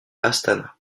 astana